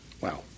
Wow